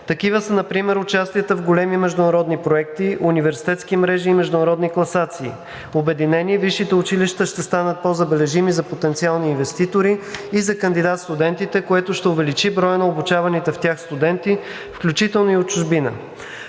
Такива са например участията в големи международни проекти, университетски мрежи и международни класации. Обединени, висшите училища ще станат по-забележими за потенциални инвеститори и за кандидат-студентите, което ще увеличи броя на обучаваните в тях студенти, включително и от чужбина.